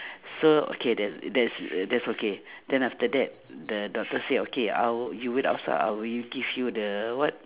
so okay there's that's that's okay then after that the doctor say okay I will you wait outside I will give you the what